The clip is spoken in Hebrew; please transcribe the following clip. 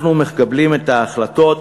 אנחנו מקבלים את ההחלטות